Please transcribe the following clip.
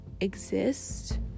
exist